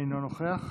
אינו נוכח.